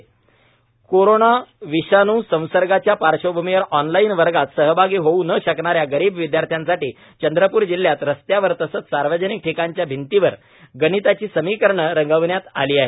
भिंतींवर गणित कोरोना विषाणू संसर्गाच्या पार्श्वभूमीवर ऑनलाईन वर्गात सहभागी होऊ न शकणाऱ्या गरीब विद्यार्थ्यांसाठी चंद्रपूर जिल्ह्यात रस्त्यांवर तसंच सार्वजनिक ठिकाणच्या भिंतींवर गणिताची समिकरणं रंगवण्यात आली आहेत